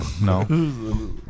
no